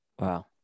wow